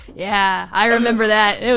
yeah. i remember that.